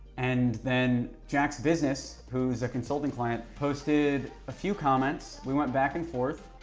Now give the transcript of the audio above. and then jacksbusiness, who's a consulting client, posted a few comments, we went back and forth,